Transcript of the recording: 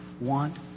want